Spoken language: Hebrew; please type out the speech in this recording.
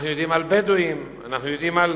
אנחנו יודעים על בדואים, אנחנו יודעים על